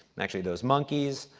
and actually, those monkeys.